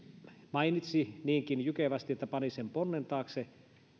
mainitsi niinkin jykevästi että pani sen ponnen taakse